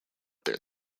their